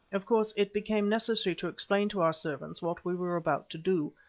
of course it became necessary to explain to our servants what we were about to do.